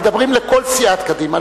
מדברים לכל סיעת קדימה,